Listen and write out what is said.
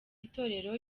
itorero